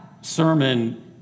sermon